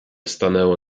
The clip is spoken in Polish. stanęło